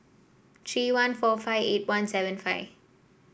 three one four five eight one seven five